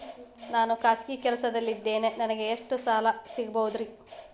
ನಾನು ಖಾಸಗಿ ಕೆಲಸದಲ್ಲಿದ್ದೇನೆ ನನಗೆ ಎಷ್ಟು ಸಾಲ ಸಿಗಬಹುದ್ರಿ?